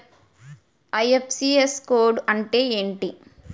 IFSC code అంటే ఏంటి?